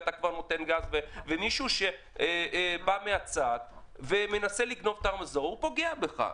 ואז מישהו שבא מהצד ומנסה לגנוב את הרמזור פוגע בך.